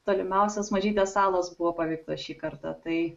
tolimiausios mažytės salos buvo paveiktos šį kartą tai